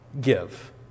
give